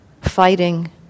fighting